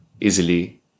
easily